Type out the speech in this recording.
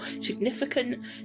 significant